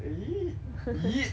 eh !ee!